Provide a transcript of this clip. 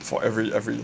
for every every